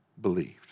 believed